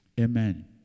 Amen